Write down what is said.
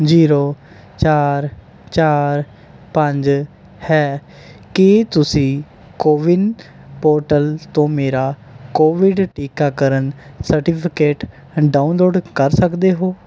zero ਚਾਰ ਚਾਰ ਪੰਜ ਹੈ ਕੀ ਤੁਸੀਂ ਕੋਵਿਨ ਪੋਰਟਲ ਤੋਂ ਮੇਰਾ ਕੋਵਿਡ ਟੀਕਾਕਰਨ ਸਰਟੀਫਿਕੇਟ ਡਾਊਨਲੋਡ ਕਰ ਸਕਦੇ ਹੋ